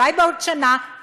אולי בעוד שנה,